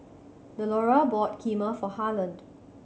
Delora bought Kheema for Harland